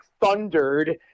thundered